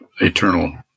eternal